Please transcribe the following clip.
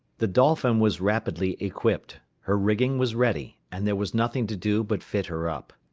the dolphin was rapidly equipped, her rigging was ready, and there was nothing to do but fit her up.